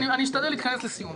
אני אשתדל להתכנס לסיום.